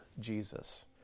Jesus